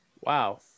Wow